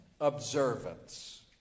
observance